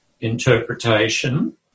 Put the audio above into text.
interpretation